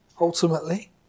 ultimately